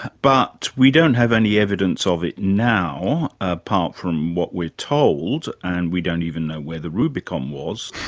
but we don't have any evidence of it now, apart from what we're told, and we don't even know where the rubicon was,